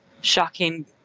shocking